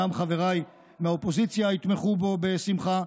ושגם חבריי מהאופוזיציה יתמכו בו בשמחה,